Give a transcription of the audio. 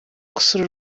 gusura